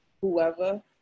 whoever